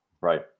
right